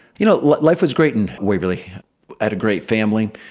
you know, life was great and we really had a great family.